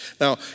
Now